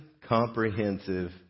comprehensive